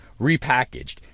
repackaged